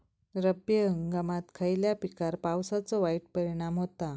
रब्बी हंगामात खयल्या पिकार पावसाचो वाईट परिणाम होता?